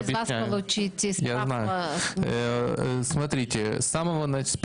חופשי) אדוני השגריר השאלה הייתה אם אפשר